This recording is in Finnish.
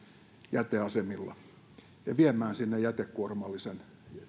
jäteasemilla ja viemään sinne jätekuormallisen